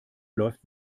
läuft